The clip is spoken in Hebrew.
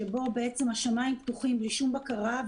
שהשמיים פתוחים בלי שום בקרה,